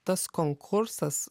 tas konkursas